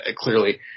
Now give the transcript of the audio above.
clearly